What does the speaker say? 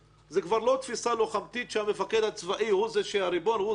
זה כבר לא תפיסה לוחמתית שהריבון הוא האחראי.